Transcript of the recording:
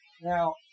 Now